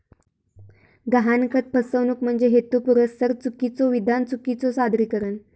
गहाणखत फसवणूक म्हणजे हेतुपुरस्सर चुकीचो विधान, चुकीचो सादरीकरण